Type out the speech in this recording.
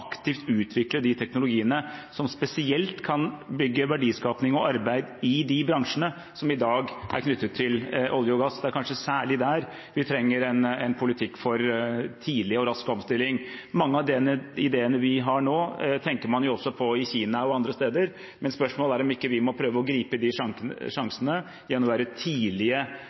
utvikle de teknologiene som spesielt kan bygge verdiskaping og arbeid i de bransjene som i dag er knyttet til olje og gass. Det er kanskje særlig der vi trenger en politikk for tidlig og rask omstilling. Mange av de ideene vi har nå, tenker man jo også på i Kina og andre steder. Spørsmålet er om vi ikke må prøve å gripe de sjansene gjennom å være tidlige